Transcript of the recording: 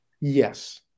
Yes